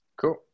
cool